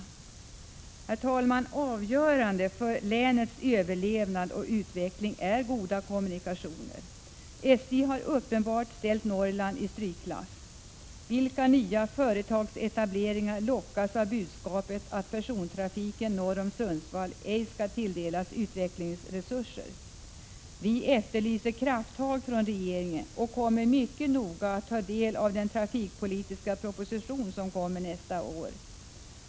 Herr talman! Avgörande för länets överlevnad och utveckling är goda kommunikationer. SJ har uppenbart ställt Norrland i strykklass. Vilka nya företagsetableringar lockas av budskapet att persontrafiken norr om Sundsvall ej skall tilldelas utvecklingsresurser? Vi efterlyser krafttag från regeringen och kommer mycket noga att ta del av den trafikpolitiska proposition som kommer nästa år.